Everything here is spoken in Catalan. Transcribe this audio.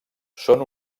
són